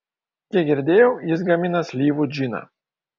kiek girdėjau jis gamina slyvų džiną